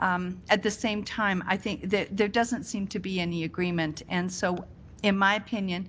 at the same time, i think there doesn't seem to be any agreement, and so in my opinion,